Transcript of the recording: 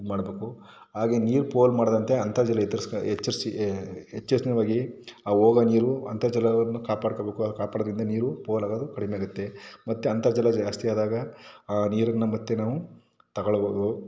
ಇದು ಮಾಡಬೇಕು ಹಾಗೆ ನೀರು ಪೋಲು ಮಾಡದಂತೆ ಅಂತರ್ಜಲ ಹೆದರ್ಸ್ಕೊ ಎಚ್ಚರಿಸಿ ಎಚೇತ್ನವಾಗಿ ಆ ಹೋಗೋ ನೀರು ಅಂತರ್ಜಲವನ್ನು ಕಾಪಾಡ್ಕೊಳ್ಬೇಕು ಕಾಪಾಡೋದರಿಂದ ನೀರು ಪೋಲಾಗೋದು ಕಡಿಮೆ ಆಗುತ್ತೆ ಮತ್ತೆ ಅಂತರ್ಜಲ ಜಾಸ್ತಿ ಆದಾಗ ಆ ನೀರನ್ನು ಮತ್ತೆ ನಾವು ತಗೊಳಬಹುದು